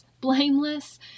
blameless